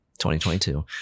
2022